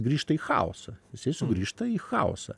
grįžta į chaosą jisai sugrįžta į chaosą